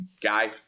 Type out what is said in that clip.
guy